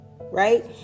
right